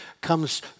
comes